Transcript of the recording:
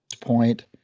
point